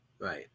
Right